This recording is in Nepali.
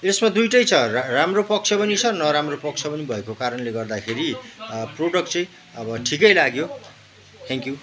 यसमा दुईवटै छ रा राम्रो पक्ष पनि छ नराम्रो पक्ष पनि भएको कारणले गर्दाखेरि प्रडक्ट चाहिँ अब ठिकै लाग्यो थ्याङ्कक्यु